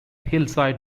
hillside